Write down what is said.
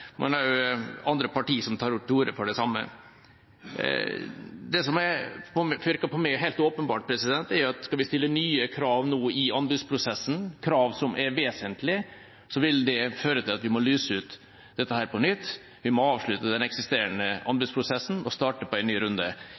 andre partier tar til orde for det samme. Det som virker helt åpenbart på meg, er at skal vi stille nye krav nå i anbudsprosessen, krav som er vesentlige, vil det føre til at vi må lyse ut dette på nytt – avslutte den eksisterende anbudsprosessen og starte på en ny runde.